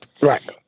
Right